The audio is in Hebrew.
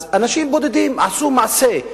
אז אנשים בודדים עשו מעשה.